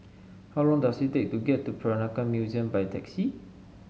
how long does it take to get to Peranakan Museum by taxi